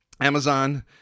Amazon